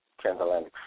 transatlantic